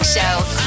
Show